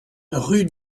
rue